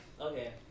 okay